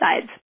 sides